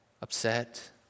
upset